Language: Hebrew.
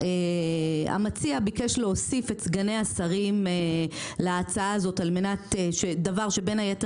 המציע ביקש להוסיף את סגני השרים להצעה הזאת על-מנת שדבר שבין היתר